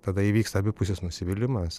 tada įvyksta abipusis nusivylimas